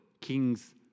kings